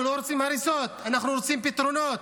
אנחנו לא רוצים הריסות, אנחנו רוצים פתרונות.